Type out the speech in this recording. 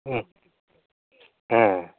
হ্যাঁ হ্যাঁ